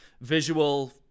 visual